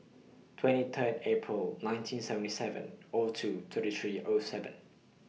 twenty Third April nineteen seventy seven O two thirty three O seven